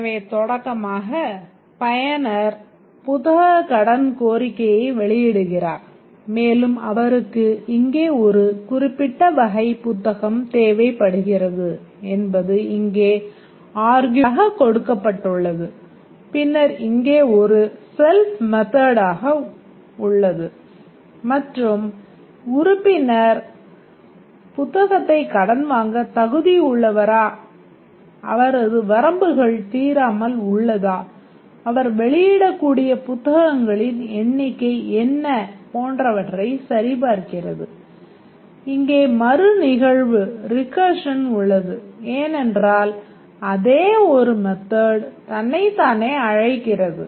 எனவே தொடக்கமாக பயனர் புத்தகக் கடன் கோரிக்கையை வெளியிடுகிறார் மேலும் அவருக்கு இங்கே ஒரு குறிப்பிட்ட வகை புத்தகம் தேவைப்படுகிறது என்பது இங்கே ஆர்குமென்ட்டாகக் கொடுக்கப்பட்டுள்ளது பின்னர் இங்கே இது ஒரு ஸெல்ப் மெத்தட்டாக தன்னைத்தானே அழைக்கிறது